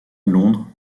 londres